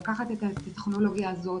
לקחת את הטכנולוגיה הזאת